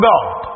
God